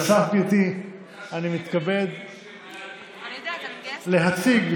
לא, אני מתכוון להגיע.